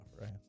right